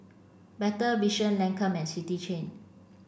Better Vision Lancome and City Chain